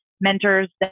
mentors